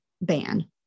ban